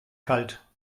kalt